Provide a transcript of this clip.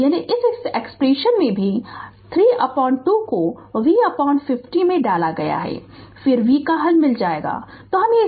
यानी इस एक्सप्रेशन में भी 32 को V50 में डाल दें फिर v का हल मिल जाएगा